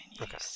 Okay